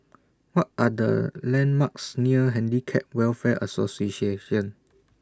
What Are The landmarks near Handicap Welfare